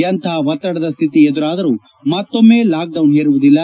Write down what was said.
ಎಂತಹ ಒತ್ತಡದ ಸ್ನಿತಿ ಎದುರಾದರೂ ಮತ್ತೊಮ್ನೆ ಲಾಕ್ಡೌನ್ ಹೇರುವುದಿಲ್ಲ